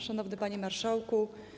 Szanowny Panie Marszałku!